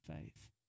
faith